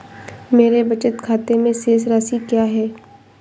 मेरे बचत खाते में शेष राशि क्या है?